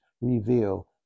reveal